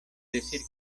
decir